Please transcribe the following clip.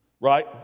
Right